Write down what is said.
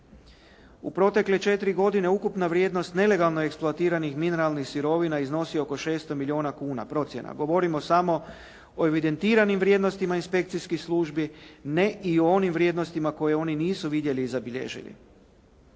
U protekle 4 godine ukupna vrijednost nelegalno eksploatiranih mineralnih sirovina iznosi oko 600 milijuna kuna procjena. Govorimo samo o evidentiranim vrijednostima inspekcijskih službi, ne i o onim vrijednostima koje nisu vidjeli i zabilježili.